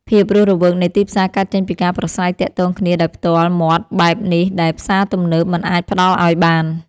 ភាពរស់រវើកនៃទីផ្សារកើតចេញពីការប្រាស្រ័យទាក់ទងគ្នាដោយផ្ទាល់មាត់បែបនេះដែលផ្សារទំនើបមិនអាចផ្ដល់ឱ្យបាន។